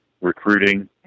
recruiting